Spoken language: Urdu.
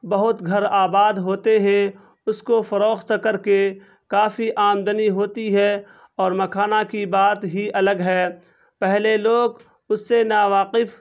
بہت گھر آباد ہوتے ہیں اس کو فروخت کر کے کافی آمدنی ہوتی ہے اور مکھانا کی بات ہی الگ ہے پہلے لوگ اس سے ناواقف